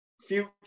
future